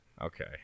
okay